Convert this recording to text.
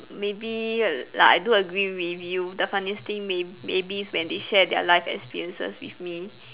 maybe like I do agree with you the funniest thing may~ maybe is when they share their life experiences with me